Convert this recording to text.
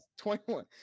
21